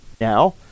Now